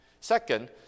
Second